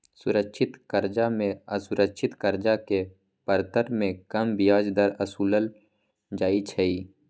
सुरक्षित करजा में असुरक्षित करजा के परतर में कम ब्याज दर असुलल जाइ छइ